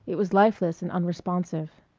it was lifeless and unresponsive.